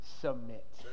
submit